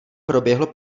proběhlo